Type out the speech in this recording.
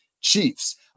Chiefs